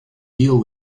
deal